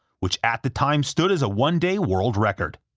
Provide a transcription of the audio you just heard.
which at the time stood as a one-day world record.